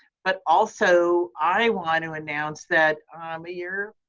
but also i want to announce that a year,